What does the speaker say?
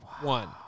one